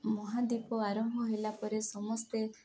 ମହାଦ୍ୱୀପ ଆରମ୍ଭ ହେଲା ପରେ ସମସ୍ତେ